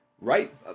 right